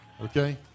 okay